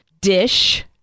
dish